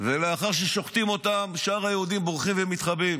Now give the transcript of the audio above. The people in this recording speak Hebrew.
ולאחר ששוחטים אותם שאר היהודים בורחים ומתחבאים.